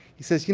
he says, you